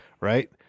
Right